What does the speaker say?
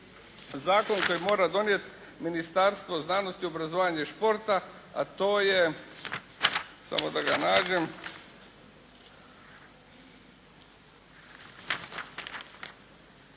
zakon koji mora donijeti Ministarstvo znanosti, obrazovanja i športa a to je, samo da ga nađem,